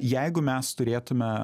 jeigu mes turėtume